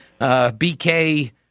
BK